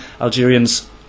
Algerians